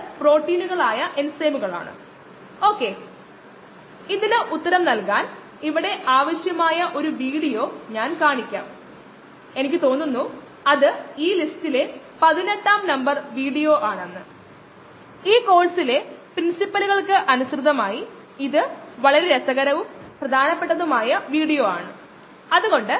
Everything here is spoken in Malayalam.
ഈ പ്രഭാഷണത്തിൽ നമ്മൾ കാണാൻ പോകുന്ന അവസാന വശം ബയോമാസ് അല്ലെങ്കിൽ കോശങ്ങളുടെ സാന്ദ്രത സബ്സ്ട്രേറ്റ് ഉൽപ്പന്നങ്ങൾ അളവെടുക്കൽ രീതികൾ എന്നിവയാണ്